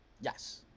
Yes